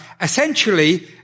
essentially